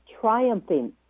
triumphing